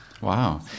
wow